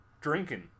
drinking